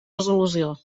resolució